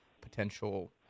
potential